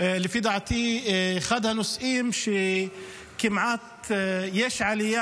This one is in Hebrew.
לפי דעתי אחד הנושאים שכמעט יש בו עלייה